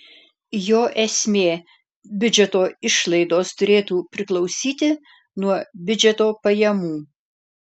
jo esmė biudžeto išlaidos turėtų priklausyti nuo biudžeto pajamų